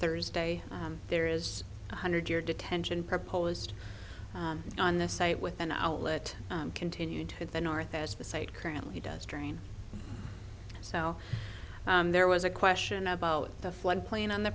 thursday there is one hundred year detention proposed on the site with an outlet continue to the north as the site currently does drain so there was a question about the flood plain on the